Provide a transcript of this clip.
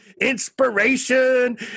inspiration